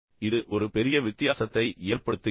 எனவே இது ஒரு பெரிய வித்தியாசத்தை ஏற்படுத்துகிறது